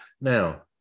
Now